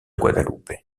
guadalupe